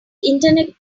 internet